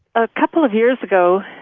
a couple of years ago,